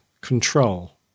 control